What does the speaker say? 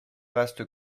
reste